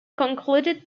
concluded